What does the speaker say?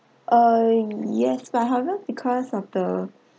uh yes because of the